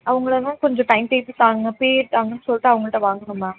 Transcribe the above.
அவங்களலாம் கொஞ்சம் time table தாங்க பீரியட் தாங்கன்னு சொல்லிட்டு அவங்கள்ட்ட வாங்கணும் மேம்